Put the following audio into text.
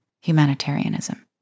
humanitarianism